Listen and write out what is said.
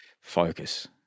focus